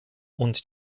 und